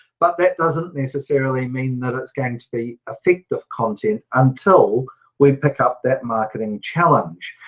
but that doesn't necessarily mean that it's going to be effective content until we pick up that marketing challenge.